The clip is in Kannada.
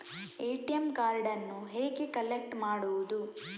ಎ.ಟಿ.ಎಂ ಕಾರ್ಡನ್ನು ಹೇಗೆ ಕಲೆಕ್ಟ್ ಮಾಡುವುದು?